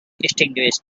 extinguished